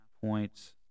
points